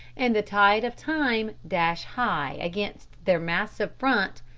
and the tide of time dash high against their massive front,